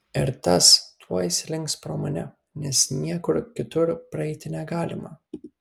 ir tas tuoj slinks pro mane nes niekur kitur praeiti negalima